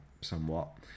somewhat